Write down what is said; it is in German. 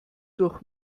durch